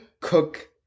Cook